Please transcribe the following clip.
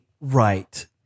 Right